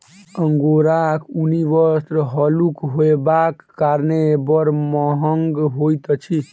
अंगोराक ऊनी वस्त्र हल्लुक होयबाक कारणेँ बड़ महग होइत अछि